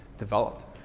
developed